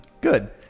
good